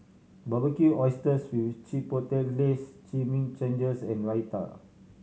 Barbecued Oysters with Chipotle Glaze Chimichangas and Raita